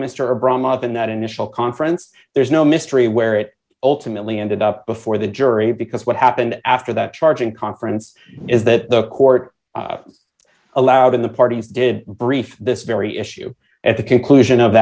initial conference there's no mystery where it ultimately ended up before the jury because what happened after that charging conference is that the court allowed in the parties did brief this very issue at the conclusion of